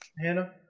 Hannah